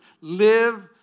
live